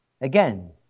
again